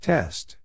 Test